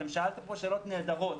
שאלתם פה שאלות נהדרות,